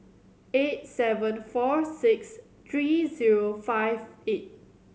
eight seven four six three zero five eight